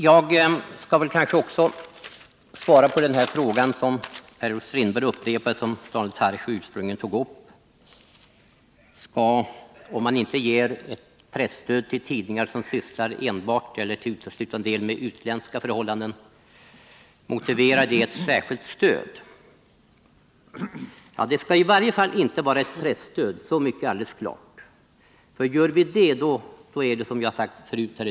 Jag skall kanske också svara på den fråga som Daniel Tarschys ursprungligen ställde och som Per-Olof Strindberg upprepade: Om man inte ger presstöd till tidningar som sysslar enbart eller till övervägande del med utländska förhållanden, motiverar det då ett stöd i annan ordning? Ja, det skalli varje fall inte vara ett presstöd — så mycket är alldeles klart.